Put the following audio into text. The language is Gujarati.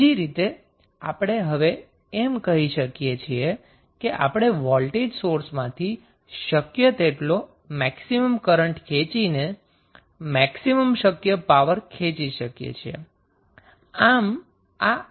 બીજી રીતે આપણે હવે એમ કહી શકીએ કે આપણે વોલ્ટેજ સોર્સમાંથી શક્ય તેટલો મેક્સિમમ કરન્ટ ખેંચીને મેક્સિમમ શક્ય પાવર ખેંચી શકીએ છીએ